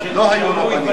הם לא היו רבנים.